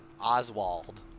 Oswald